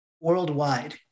worldwide